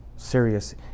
serious